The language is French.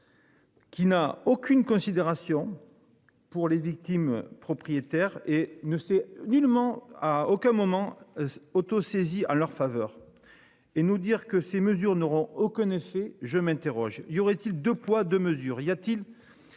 Qui n'a aucune considération. Pour les victimes propriétaire et ne s'est nullement à aucun moment. Auto-saisi en leur faveur. Et nous dire que ces mesures n'auront au. Je m'interroge, y aurait-il 2 poids 2 mesures, y a-t-il.